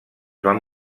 van